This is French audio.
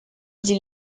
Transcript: dit